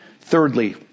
Thirdly